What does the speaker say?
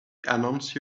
announce